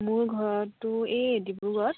মোৰ ঘৰতটো এই ডিব্ৰুগড়